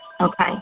Okay